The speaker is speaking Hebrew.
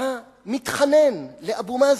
אתה מתחנן לאבו מאזן,